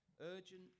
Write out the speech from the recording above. urgent